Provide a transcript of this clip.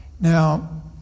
Now